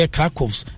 Krakows